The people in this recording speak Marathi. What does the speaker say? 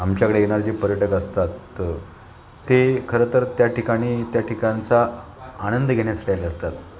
आमच्याकडे येणारे जे पर्यटक असतात ते खरं तर त्या ठिकाणी त्या ठिकाणचा आनंद घेण्यासाठी आले असतात